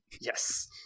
Yes